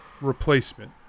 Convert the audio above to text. replacement